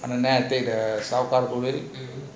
then I take the